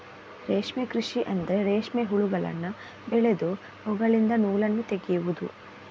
ರೇಷ್ಮೆ ಕೃಷಿ ಅಂದ್ರೆ ರೇಷ್ಮೆ ಹುಳಗಳನ್ನು ಬೆಳೆದು ಅವುಗಳಿಂದ ನೂಲನ್ನು ತೆಗೆಯುದು